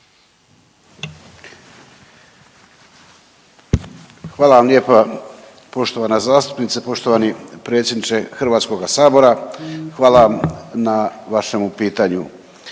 Hvala vam lijepa poštovana zastupnice, poštovani predsjedniče HS, hvala vam na vašemu pitanju.